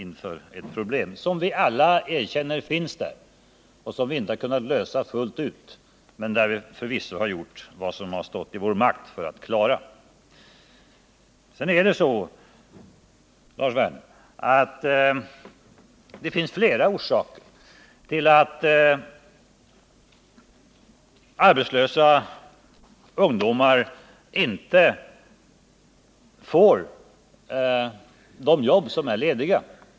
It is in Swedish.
Det finns flera orsaker, Lars Werner, till att arbetslösa ungdomar inte får de jobb som är lediga.